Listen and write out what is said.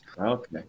Okay